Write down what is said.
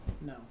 no